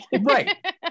Right